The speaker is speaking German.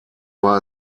war